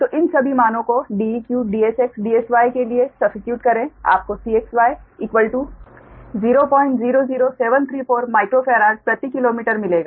तो इन सभी मानों को Deq DsxDsy के लिए सब्स्टीट्यूट करें आपको Cxy000734 माइक्रोफेराड प्रति किलोमीटर मिलेगा